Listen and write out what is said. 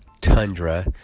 Tundra